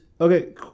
okay